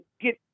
get